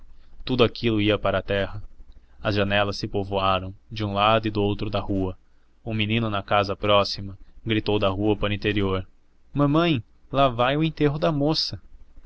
tudo aquilo ia pra terra as janelas se povoaram de um lado e doutro da rua um menino na casa próxima gritou da rua para o interior mamãe lá vai o enterro da moça